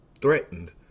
threatened